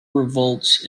revolts